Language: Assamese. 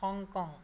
হংকং